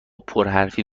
پرحرفی